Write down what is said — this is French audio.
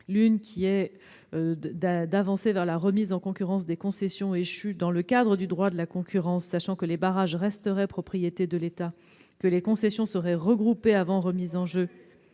consiste à aller vers une remise en concurrence des concessions échues dans le cadre du droit de la concurrence, sachant que les barrages resteraient propriété de l'État et que les concessions seraient regroupées avant remise en jeu